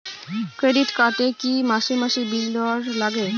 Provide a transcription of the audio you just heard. Credit card এ কি মাসে মাসে বিল দেওয়ার লাগে?